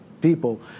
people